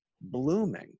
blooming